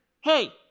hey